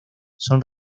son